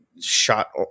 shot